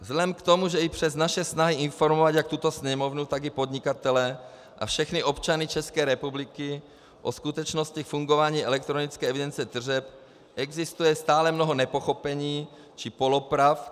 Vzhledem k tomu, že i přes naše snahy informovat jak tuto Sněmovnu, tak i podnikatele a všechny občany České republiky o skutečnosti fungování elektronické evidence tržeb, existuje stále mnoho nepochopení či polopravd.